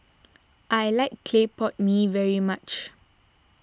I like Clay Pot Mee very much